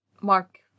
Mark